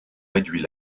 réduit